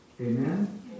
Amen